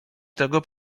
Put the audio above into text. tego